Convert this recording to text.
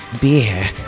beer